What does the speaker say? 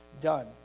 done